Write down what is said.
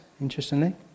interestingly